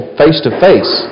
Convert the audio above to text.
face-to-face